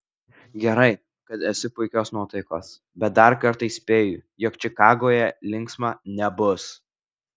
gerai kad esi puikios nuotaikos bet dar kartą įspėju jog čikagoje linksma nebus